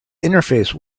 interface